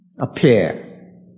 appear